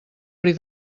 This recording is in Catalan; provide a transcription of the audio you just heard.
bri